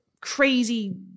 crazy